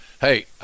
Hey